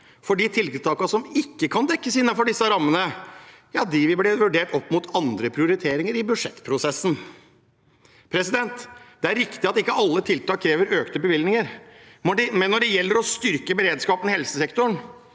De tiltakene som ikke kan dekkes innenfor disse rammene, vil bli vurdert opp mot andre prioriteringer i budsjettprosessen. Det er riktig at ikke alle tiltak krever økte bevilgninger, men når det gjelder å styrke beredskapen i helsesektoren,